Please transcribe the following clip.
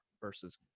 versus